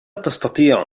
تستطيع